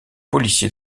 policier